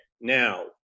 Now